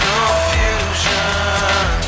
Confusion